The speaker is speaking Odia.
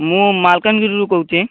ମୁଁ ମାଲକାନଗିରି ରୁ କହୁଛି